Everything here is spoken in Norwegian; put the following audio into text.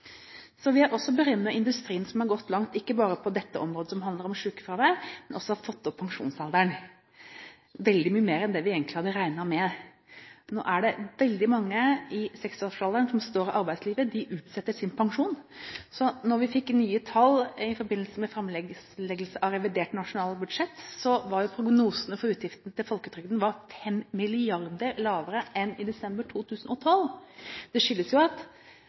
Så vil jeg også berømme industrien, som har gått langt, ikke bare på dette området, som handler om sykefravær, men som også har tatt opp pensjonsalderen – veldig mye mer enn det vi egentlig hadde regnet med. Nå er det veldig mange i 60-årsalderen som står i arbeidslivet. De utsetter sin pensjon. Så da vi fikk nye tall i forbindelse med framleggelse av revidert nasjonalbudsjett, var prognosene for utgiftene til folketrygden 5 mrd. kr lavere enn i desember 2012. Det skyldes jo at